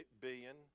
billion